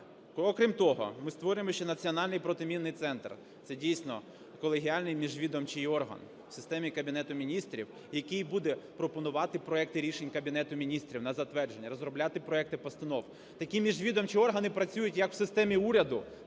Окрім того, ми створюємо ще Національний протимінний центр. Це, дійсно, колегіальний міжвідомчий орган у системі Кабінету Міністрів, який буде пропонувати проекти рішень Кабінету Міністрів на затвердження, розробляти проекти постанови. Такі міжвідомчі органи працюють, як в системі уряду,